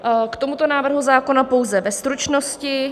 K tomuto návrhu zákona pouze ve stručnosti.